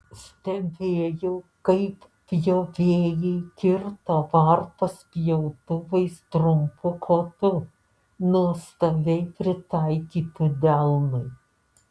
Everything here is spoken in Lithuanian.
stebėjau kaip pjovėjai kirto varpas pjautuvais trumpu kotu nuostabiai pritaikytu delnui